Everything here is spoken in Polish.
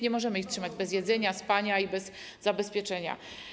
Nie możemy ich trzymać bez jedzenia, spania i zabezpieczenia.